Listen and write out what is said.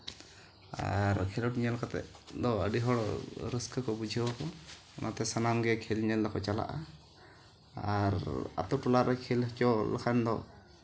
ᱠᱷᱮᱞᱳᱰ ᱧᱮᱞ ᱠᱟᱛᱮᱫ ᱫᱚ ᱟᱹᱰᱤ ᱦᱚᱲ ᱨᱟᱹᱥᱠᱟᱹ ᱠᱚ ᱵᱩᱡᱷᱟᱹᱣᱟ ᱠᱚ ᱚᱱᱟᱛᱮ ᱥᱟᱱᱟᱢᱜᱮ ᱠᱷᱮᱞ ᱧᱮᱞ ᱫᱚᱠᱚ ᱪᱟᱞᱟᱜᱼᱟ ᱟᱨ ᱟᱹᱛᱩ ᱴᱚᱞᱟᱨᱮ ᱠᱷᱮᱞ ᱦᱚᱪᱚ ᱞᱮᱠᱷᱟᱱ ᱫᱚ